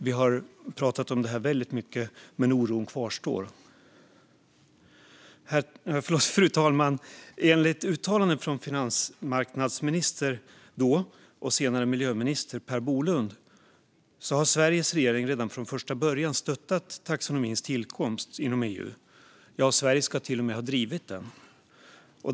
Vi har pratat om detta väldigt mycket, men oron kvarstår. Fru talman! Enligt uttalande från dåvarande finansmarknadsminister och senare miljöminister Per Bolund har Sveriges regering redan från första början stöttat taxonomins tillkomst inom EU. Ja, Sverige ska till och med ha drivit den.